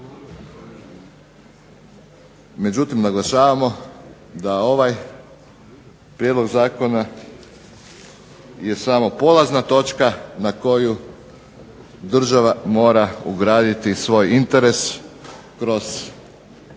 međutim naglašavamo da ovaj prijedlog zakona je samo polazna točka na koju država mora ugraditi svoj interes kroz poticaje